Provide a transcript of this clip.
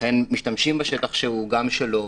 אכן משתמשים בשטח שהוא גם שלו,